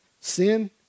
Sin